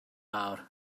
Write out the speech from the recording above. fawr